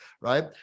right